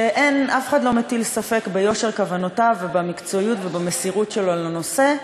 שאף אחד לא מטיל ספק ביושר כוונותיו ובמקצועיות ובמסירות שלו לנושא,